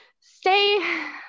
stay